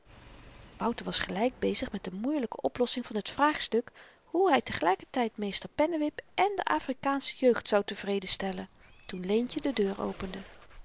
wouter was bezig met de moeielyke oplossing van t vraagstuk hoe hy te gelyker tyd meester pennewip en de afrikaansche jeugd zou tevreden stellen toen leentje de deur opende